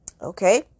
Okay